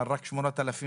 אבל רק 8,000